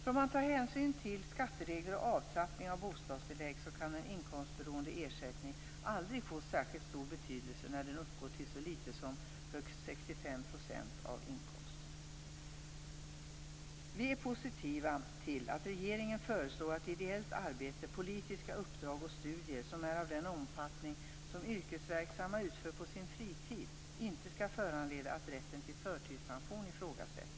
Om man tar hänsyn till skatteregler och avtrappning av bostadstillägg kan en inkomstberoende ersättning aldrig få särskilt stor betydelse när den uppgår till så litet som högst 65 % av inkomsten. Vi är positiva till att regeringen föreslår att ideellt arbete, politiska uppdrag och studier som är av den omfattning som yrkesverksamma utför på sin fritid inte skall föranleda att rätten till förtidspension ifrågasätts.